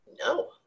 No